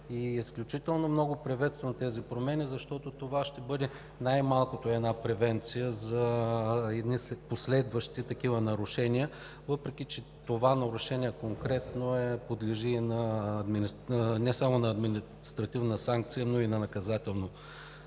Изключително много приветствам промените, защото това ще бъде най-малкото превенция за последващи такива нарушения, въпреки че конкретно това нарушение подлежи не само на административна санкция, но и на наказателно